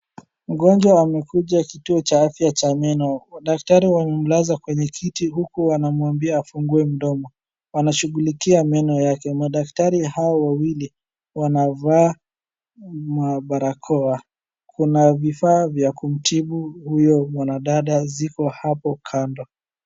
Mgonjwa amekuja kituo cha afya cha meno. Madaktari wamemlaza kwenye kiti huku wanamwambia afungue mdomo, waashughulikia meno yake madaktari hao wawili wanaovaa mabarakoa. Kuna vufaa vya kumtibu huyo mwanadada ziko hapo kando.